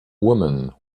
woman